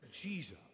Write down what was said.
jesus